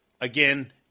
again